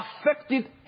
affected